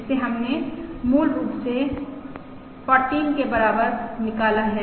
इसे हमने मूल रूप से 14 के बराबर निकाला है